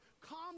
calm